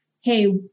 hey